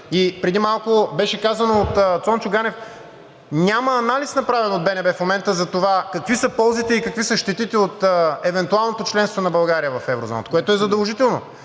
Преди малко беше казано от Цончо Ганев: няма анализ, направен от БНБ в момента, за това какви са ползите и какви са щетите от евентуалното членство на България в еврозоната, което е задължително.